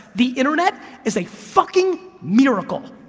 the internet is a fucking miracle.